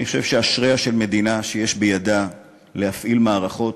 אני חושב שאשריה של מדינה שיש בידה להפעיל מערכות,